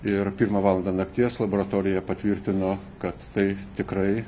ir pirmą valandą nakties laboratorija patvirtino kad tai tikrai